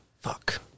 Fuck